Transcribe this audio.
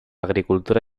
agricultura